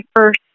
first